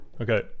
Okay